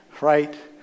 right